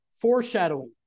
foreshadowing